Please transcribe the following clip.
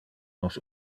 nos